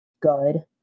good